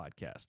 podcast